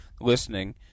listening